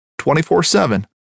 24-7